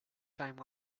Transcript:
time